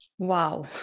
Wow